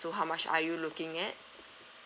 so how much are you looking at